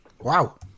Wow